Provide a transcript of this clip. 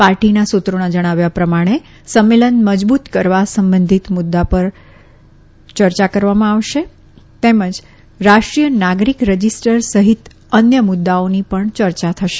પાર્ટીના સૂત્રોના જણાવ્યા પ્રમાણે સંમેલન મજબૂત કરવા સંબંધિત મુદ્દા પર ચર્ચા કરવામાં આવશે તેમજ રાષ્ટ્રીય નાગરિક રજિસ્ટર સહિત અન્ય મુદ્દે પણ ચર્ચા થશે